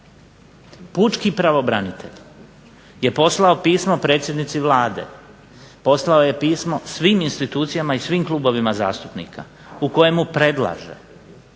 Pučki pravobranitelj je poslao pismo predsjednici Vlade, poslao je pismo svim institucijama i svim klubovima zastupnika u kojemu predlaže